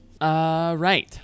right